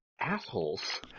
assholes